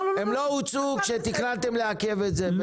הם לא הוצאו כשתכננתם לעכב את זה.